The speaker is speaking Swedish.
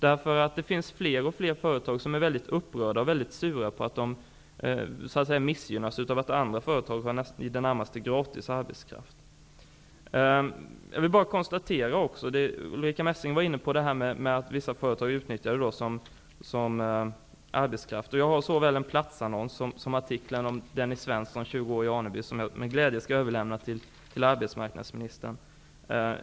Det blir fler och fler företag där man är mycket upprörd över och sur på att man missgynnas av att andra företag har i det närmaste gratis arbetskraft. Ulrica Messing var inne på att vissa företag utnyttjade praktikanterna som arbetskraft. Jag har såväl en platsannons som artiklar om Dennis Svensson, 20 år, i Aneby, vilka jag med glädje skall överlämna till arbetsmarknadsministern.